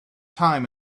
time